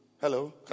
Hello